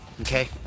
Okay